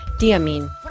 Diamine